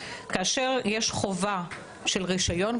ויש חובה לרישיון.